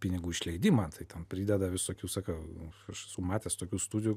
pinigų išleidimą tai ten prideda visokių sakau aš esu matęs tokių studijų